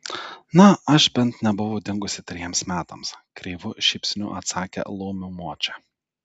na aš bent nebuvau dingusi trejiems metams kreivu šypsniu atsakė laumių močia